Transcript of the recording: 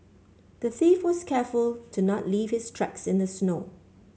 the thief was careful to not leave his tracks in the snow